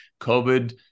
covid